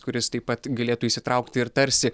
kuris taip pat galėtų įsitraukti ir tarsi